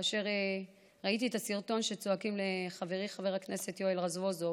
כאשר ראיתי את הסרטון שצועקים לחברי חבר הכנסת יואל רזבוזוב